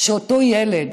שאותו ילד